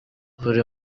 buri